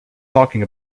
talking